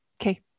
Okay